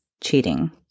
cheating